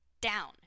Down